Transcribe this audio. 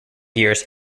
years